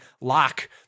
lock